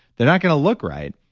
they're not going to look right.